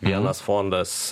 vienas fondas